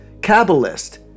Kabbalist